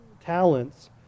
talents